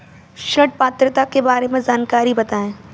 ऋण पात्रता के बारे में जानकारी बताएँ?